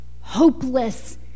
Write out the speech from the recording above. hopeless